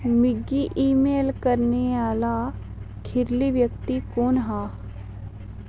मिगी ईमेल करने आह्ला खीरली व्यक्ति कु'न हा